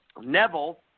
Neville